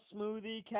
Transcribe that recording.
Smoothie